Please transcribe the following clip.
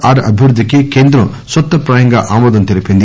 are అభివృద్దికి కేంద్రం సూత్రపాయంగా ఆమోదం తెలిపింది